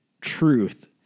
truth